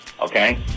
Okay